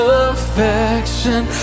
affection